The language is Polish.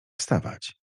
wstawać